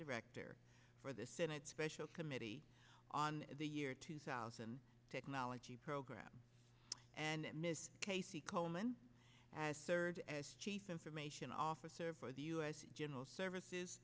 director for the senate special committee on the year two thousand technology program and miss coleman as served as chief information officer for the us general services